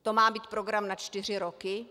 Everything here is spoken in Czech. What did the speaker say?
To má být program na čtyři roky?